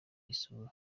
isura